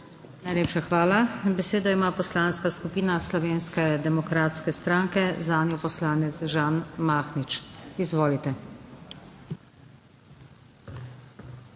Najlepša hvala. Besedo ima Poslanska skupina Slovenske demokratske stranke, zanjo poslanec Žan Mahnič. Izvolite.